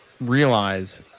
realize